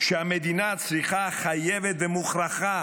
שהמדינה צריכה, חייבת ומוכרחה